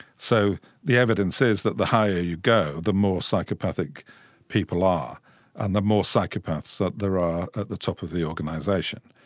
so the evidence is that the higher you go, the more psychopathic people are and the more psychopaths there are at the top of the organisation.